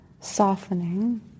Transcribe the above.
softening